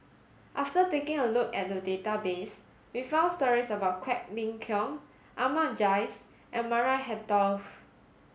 after taking a look at database we found stories about Quek Ling Kiong Ahmad Jais and Maria Hertogh